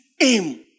aim